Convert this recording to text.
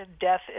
death